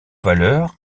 valeurs